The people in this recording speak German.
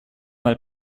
mal